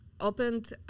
Opened